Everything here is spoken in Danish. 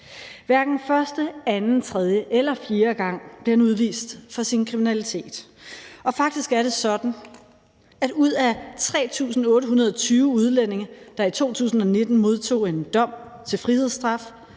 Hverken første, anden, tredje eller fjerde gang blev han udvist for sin kriminalitet, og faktisk er det sådan, at ud af 3.820 udlændinge, der i 2019 modtog en dom til frihedsstraf,